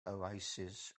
oasis